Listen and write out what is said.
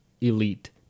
elite